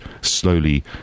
slowly